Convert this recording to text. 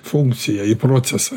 funkciją į procesą